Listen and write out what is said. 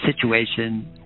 situation